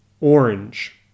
orange